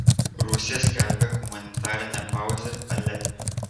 rusija skelbia humanitarinę pauzę alepe